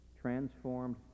transformed